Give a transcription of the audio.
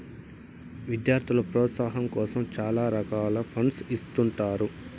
విద్యార్థుల ప్రోత్సాహాం కోసం చాలా రకాల ఫండ్స్ ఇత్తుంటారు